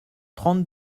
trente